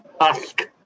ask